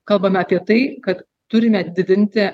kalbame apie tai kad turime didinti